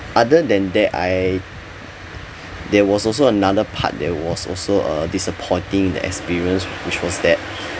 other than that I there was also another part that was also a disappointing that experience which was that